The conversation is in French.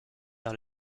vers